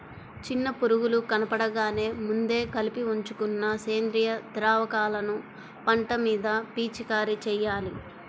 చిన్న పురుగులు కనబడగానే ముందే కలిపి ఉంచుకున్న సేంద్రియ ద్రావకాలను పంట మీద పిచికారీ చెయ్యాలి